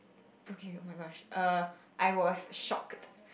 okay oh-my-gosh err I was shocked